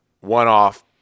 one-off